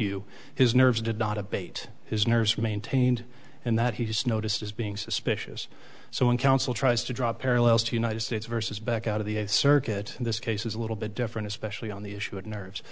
you his nerves did not abate his nerves maintained and that he's noticed as being suspicious so in council tries to draw parallels to united states versus back out of the circuit in this case is a little bit different especially on the issue of nerves